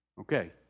Okay